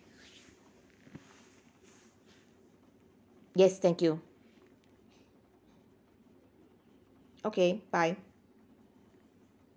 yes thank you okay bye